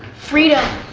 freedom.